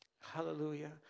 Hallelujah